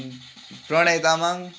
Pranay Tamang